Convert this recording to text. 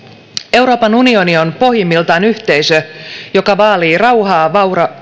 euroopan unioni on pohjimmiltaan yhteisö joka vaalii rauhaa